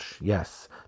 Yes